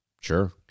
Sure